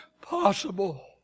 possible